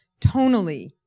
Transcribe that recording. tonally